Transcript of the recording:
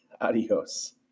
Adios